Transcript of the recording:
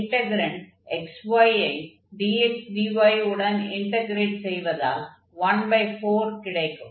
integrand xy ஐ dx dy உடன் integrate செய்வதால் 14 கிடைக்கும்